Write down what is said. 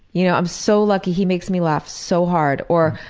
you know, i'm so lucky. he makes me laugh so hard. or,